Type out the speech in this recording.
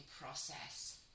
process